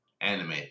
anime